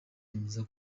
yemeza